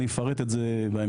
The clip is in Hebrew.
אני אפרט את זה בהמשך.